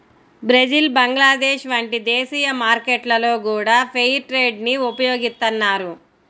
Brazil Bangladesh వంటి దేశీయ మార్కెట్లలో గూడా ఫెయిర్ ట్రేడ్ ని ఉపయోగిత్తన్నారు